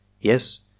yes